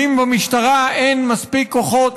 ואם במשטרה אין מספיק כוחות,